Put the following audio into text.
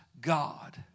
God